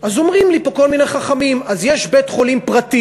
אז אומרים לי פה כל מיני חכמים: אז יש בית-חולים פרטי,